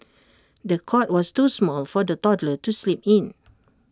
the cot was too small for the toddler to sleep in